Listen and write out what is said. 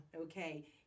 okay